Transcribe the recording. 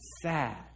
sad